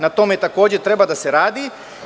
Na tome, takođe, treba da se radi.